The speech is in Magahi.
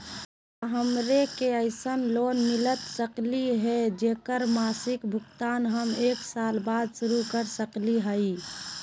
का हमरा के ऐसन लोन मिलता सकली है, जेकर मासिक भुगतान हम एक साल बाद शुरू कर सकली हई?